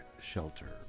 shelter